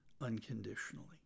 unconditionally